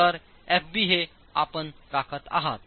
तरFbहे आपण राखत आहात